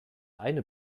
eine